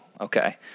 Okay